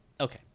Okay